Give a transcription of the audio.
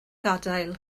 gadael